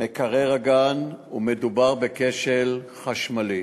הגן וכי מדובר בכשל חשמלי.